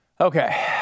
Okay